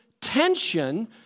tension